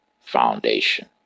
foundation